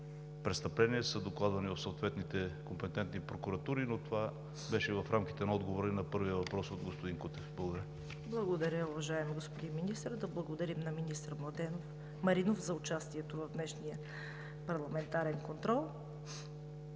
престъпление, са докладвани в съответните компетентни прокуратури, но това беше в рамките на отговора на първия въпрос от господин Кутев. Благодаря. ПРЕДСЕДАТЕЛ ЦВЕТА КАРАЯНЧЕВА: Благодаря, уважаеми господин Министър. Да благодарим на министър Маринов за участието в днешния парламентарен контрол.